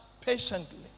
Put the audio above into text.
patiently